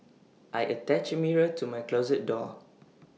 I attached A mirror to my closet door